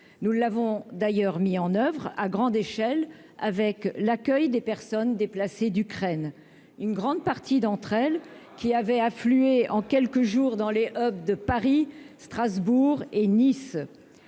nous l'avons d'ailleurs mis en oeuvre à grande échelle avec l'accueil des personnes déplacées d'Ukraine, une grande partie d'entre elles, qui avaient afflué en quelques jours dans les Oeuvres de Paris, Strasbourg et Nice,